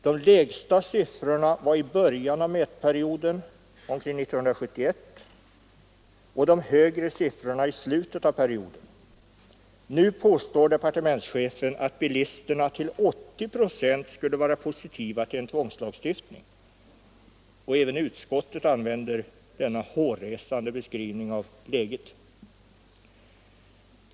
De lägsta siffrorna fick man i början av mätperioden omkring år 1971 och de högre siffrorna i slutet av perioden. Nu påstår departementschefen att bilisterna till 80 procent skulle vara positiva till en tvångslagstiftning. Även utskottet använder denna hårresande beskrivning av läget.